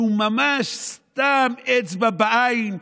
שהוא ממש סתם אצבע בעין.